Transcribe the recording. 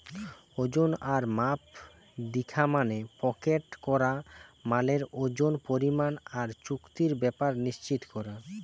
ওজন আর মাপ দিখা মানে প্যাকেট করা মালের ওজন, পরিমাণ আর চুক্তির ব্যাপার নিশ্চিত কোরা